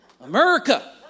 America